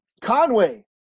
Conway